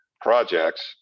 projects